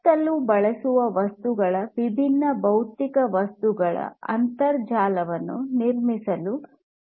ಸುತ್ತಲೂ ಬಳಸುವ ವಸ್ತುಗಳ ವಿಭಿನ್ನ ಭೌತಿಕ ವಸ್ತುಗಳ ಅಂತರ್ಜಾಲವನ್ನು ನಿರ್ಮಿಸಲು ಪ್ರಯತ್ನಿಸುತ್ತದೆ